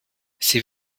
sie